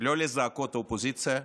על זעקות האופוזיציה,